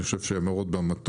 אני חושב שהן מאוד במקום.